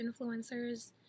influencers